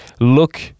look